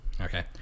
okay